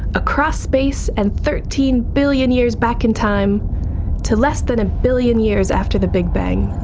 across space and thirteen billion years back in time to less than a billion years after the big bang.